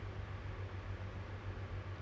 curi seluar dalam